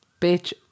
Bitch